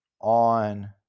on